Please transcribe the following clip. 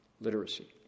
literacy